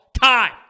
time